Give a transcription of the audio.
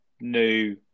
new